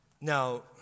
Now